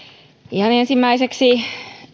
ihan ensimmäiseksi